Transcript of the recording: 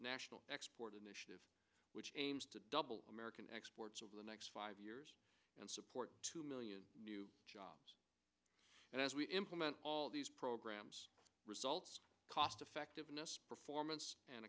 national export initiative which aims to double american exports over the next five years and support two million new jobs and as we implement all these programs results cost effectiveness performance and